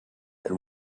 and